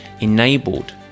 enabled